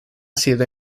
sido